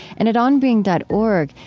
and at onbeing dot org,